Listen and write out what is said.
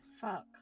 Fuck